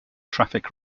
traffic